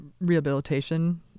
rehabilitation